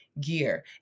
gear